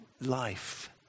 life